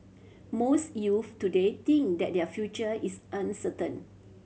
most youths today think that their future is uncertain